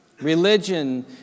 Religion